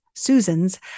Susans